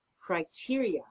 criteria